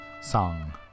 Song